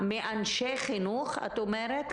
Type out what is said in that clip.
מאנשי חינוך את אומרת?